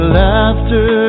laughter